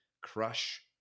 crush